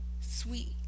sweet